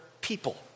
people